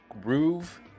groove